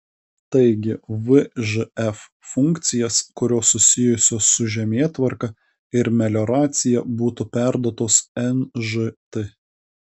taigi vžf funkcijas kurios susijusios su žemėtvarka ir melioracija būtų perduotos nžt